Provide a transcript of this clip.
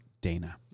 Dana